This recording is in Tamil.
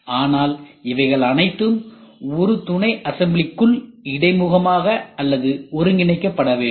ஆனால் இவைகள் அனைத்தும் ஒரு துணைஅசம்பிளிகுள் இடைமுகமாக அல்லது ஒருங்கிணைக்கப்பட வேண்டும்